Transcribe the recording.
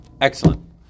Excellent